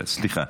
סליחה.